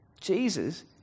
Jesus